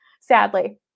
Sadly